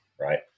Right